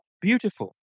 Beautiful